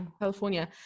california